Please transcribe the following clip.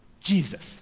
Jesus